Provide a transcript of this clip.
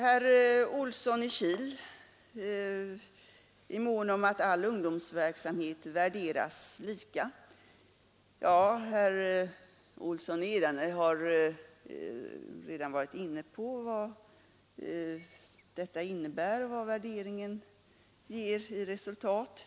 Herr Olsson i Kil är mån om att all ungdomsverksamhet skall värderas lika. Herr Olsson i Edane har redan varit inne på vad den värderingen ger till resultat.